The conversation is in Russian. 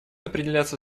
определяться